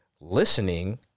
listening